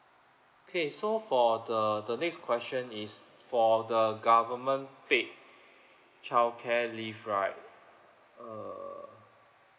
okay so for the the next question is for the government paid childcare leave right uh